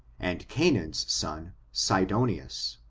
and canaan's son, sidonius.